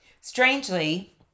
strangely